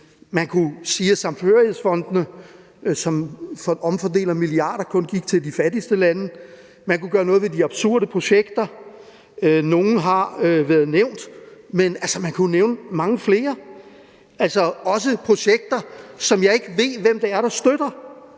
Man kunne sige, at midlerne fra samhørighedsfondene, som omfordeler milliarder, kun gik til de fattigste lande, og man kunne gøre noget ved de absurde projekter, og nogle har været nævnt. Men man kunne jo nævne mange flere, også projekter, som jeg ikke ved hvem det er der støtter,